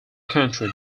country